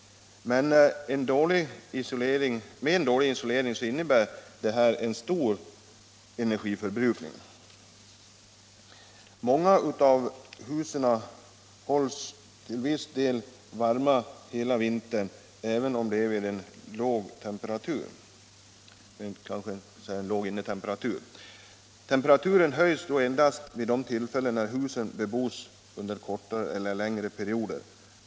Med en dålig isolering innebär detta stor energiförbrukning. Många av husen hålls till viss del varma hela vintern, även om det är vid en låg innetemperatur. Temperaturen höjs då endast vid de tillfällen när husen bebos under kortare eller längre perioder.